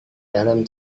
dalam